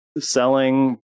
selling